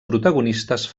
protagonistes